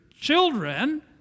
children